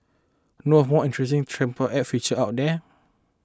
know of more interesting transport app features out there